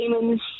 Demons